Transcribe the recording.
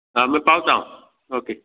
आं मा पावता हांव ओके